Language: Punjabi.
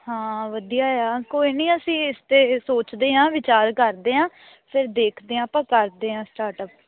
ਹਾਂ ਵਧੀਆ ਆ ਕੋਈ ਨਹੀਂ ਅਸੀਂ ਇਸ 'ਤੇ ਸੋਚਦੇ ਹਾਂ ਵਿਚਾਰ ਕਰਦੇ ਹਾਂ ਫਿਰ ਦੇਖਦੇ ਹਾਂ ਆਪਾਂ ਕਰਦੇ ਹਾਂ ਸਟਾਰਟਅਪ